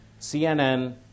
CNN